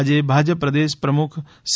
આજે ભાજપ પ્રદેશ પ્રમુખ સી